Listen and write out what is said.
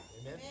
Amen